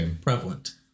prevalent